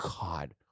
God